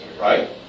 right